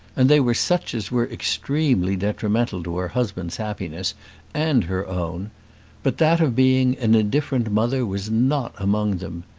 and they were such as were extremely detrimental to her husband's happiness and her own but that of being an indifferent mother was not among them.